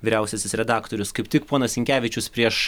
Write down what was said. vyriausiasis redaktorius kaip tik ponas sinkevičius prieš